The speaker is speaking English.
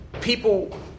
people